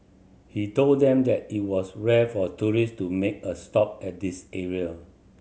he told them that it was rare for tourist to make a stop at this area